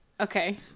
Okay